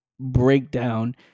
breakdown